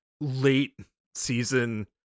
late-season